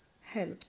help